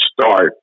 start